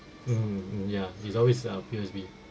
mm ya is always ah P_O_S_B